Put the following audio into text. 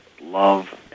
love